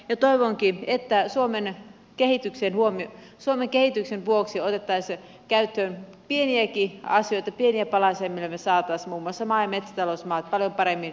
toivonkin että suomen kehityksen vuoksi otettaisiin käyttöön pieniäkin asioita pieniä palasia millä me saisimme muun muassa maa ja metsätalousmaat paljon paremmin hyödynnettyä